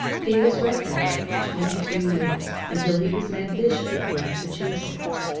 he was rector there for twenty-two years until he was made bishop of massachusetts.